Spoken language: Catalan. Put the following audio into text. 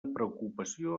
preocupació